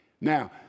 Now